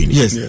yes